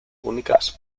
únicas